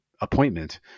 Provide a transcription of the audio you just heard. appointment